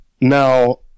Now